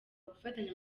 gufatanya